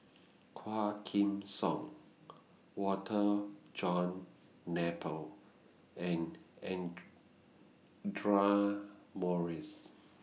Quah Kim Song Walter John Napier and Audra Morrice